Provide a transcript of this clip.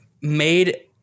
made